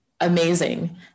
amazing